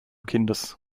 kindes